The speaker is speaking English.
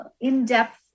in-depth